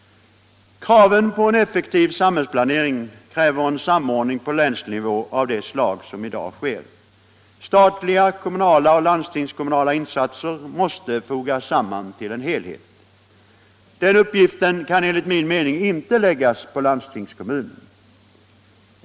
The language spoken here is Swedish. Kraven på en effektiv samhällsplanering förutsätter en samordning på länsnivå av det slag som i dag sker. Statliga, kommunala och landstingskommunala insatser måste fogas samman till en helhet. Den uppgiften kan enligt min mening inte läggas på landstingskommunen.